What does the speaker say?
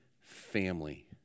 family